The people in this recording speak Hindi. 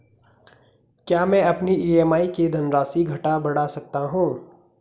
क्या मैं अपनी ई.एम.आई की धनराशि घटा बढ़ा सकता हूँ?